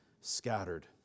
scattered